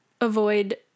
avoid